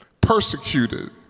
Persecuted